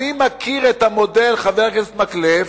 אני מכיר את המודל, חבר הכנסת מקלב.